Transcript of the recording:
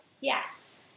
Yes